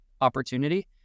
opportunity